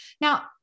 Now